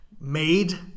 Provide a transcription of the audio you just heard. Made